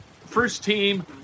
first-team